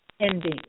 ending